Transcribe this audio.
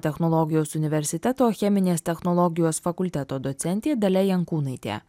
technologijos universiteto cheminės technologijos fakulteto docentė dalia jankūnaitė